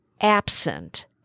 absent